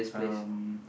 um